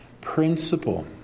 principle